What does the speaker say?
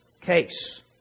case